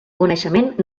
coneixement